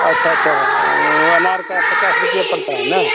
अच्छा अच्छा ओ अनार का पचास रुपया पड़ता है न